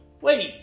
Wait